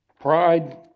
Pride